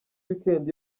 weekend